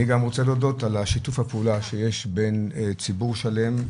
אני גם רוצה להודות על שיתוף הפעולה שיש בין ציבור שלם,